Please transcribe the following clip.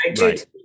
Right